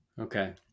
Okay